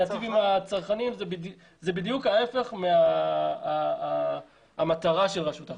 ייטיב עם הצרכנים זה בדיוק הפוך מהמטרה של רשות החשמל.